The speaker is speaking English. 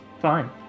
fine